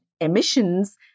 emissions